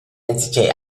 enzatgei